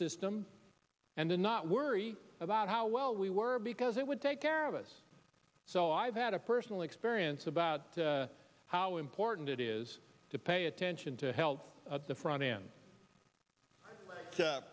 system and then not worry about how well we were because it would take care of us so i've had a personal experience about how important it is to pay attention to help at the front end